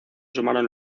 sumaron